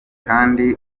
kandi